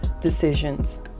decisions